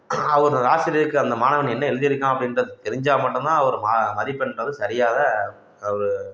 அவர் ஆசிரியருக்கு அந்த மாணவன் என்ன எழுதியிருக்கான் அப்படின்றது தெரிஞ்சால் மட்டும் தான் அவர் மா மதிப்பெண்றது சரியாக அவர்